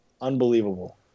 unbelievable